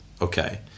Okay